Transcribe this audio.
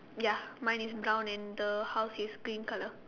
ya mine is brown and the house is green colour